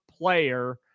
Player